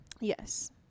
Yes